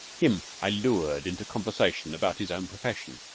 him i lured into conversation about his own profession,